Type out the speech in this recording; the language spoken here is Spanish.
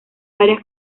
varias